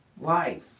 life